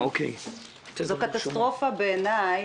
זאת קטסטרופה בעיניי,